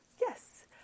Yes